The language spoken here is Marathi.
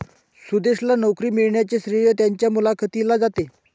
सुदेशला नोकरी मिळण्याचे श्रेय त्याच्या मुलाखतीला जाते